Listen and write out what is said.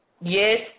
Yes